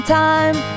time